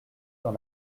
dans